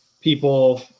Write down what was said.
people